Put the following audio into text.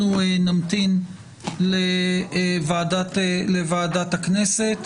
אנחנו נמתין לוועדת הכנסת.